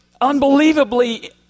unbelievably